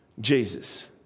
Jesus